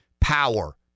power